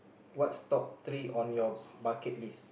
what's top three on your bucket list